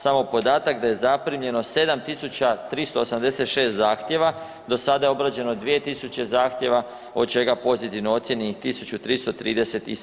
Samo podatak da je zaprimljeno 7386 zahtjeva, do sada je obrađeno 2000 zahtjeva od čega pozitivno ocijenjenih 1337.